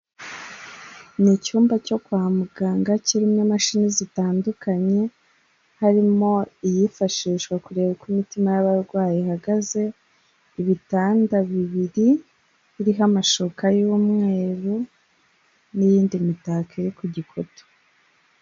Ni icyumba cyo kwa muganga kirimo imashini zitandukanye, harimo iyifashishwa kureba uko imitima y'abarwayi ihagaze, ibitanda bibiri biriho amashuka y'umweru n'iyindi mitako iri ku gikuta.